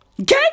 Okay